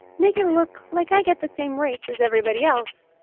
make it look like i get the same rates as everybody else,